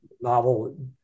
novel